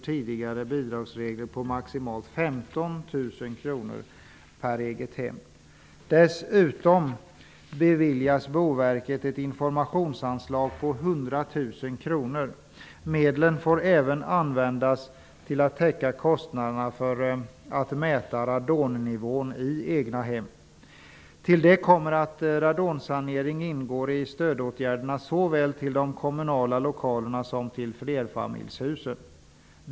Tidigare bidragsregler gav maximalt Dessutom beviljas Boverket ett informationsanslag på 100 000 kr. Medlen får även användas till att täcka kostnaderna för att mäta radonnivån i egnahem. Till detta kommer att radonsanering ingår i stödåtgärderna såväl för kommunala lokaler som för flerfamiljshus.